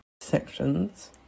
sections